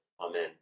Amen